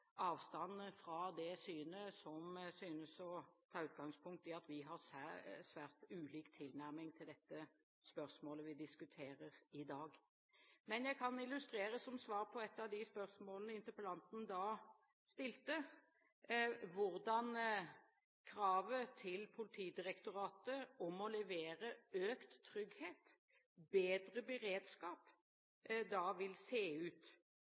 avstand fra det synet som synes å ta utgangspunkt i at vi har svært ulik tilnærming til det spørsmålet vi diskuterer i dag. Jeg kan illustrere som svar på et av de spørsmålene interpellanten stilte, hvordan kravet til Politidirektoratet om å levere økt trygghet, bedre beredskap, da vil se ut.